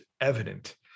evident